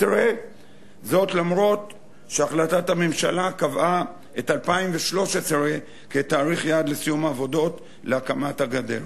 אף שהחלטת הממשלה קבעה את 2013 כתאריך יעד לסיום העבודות להקמת הגדר.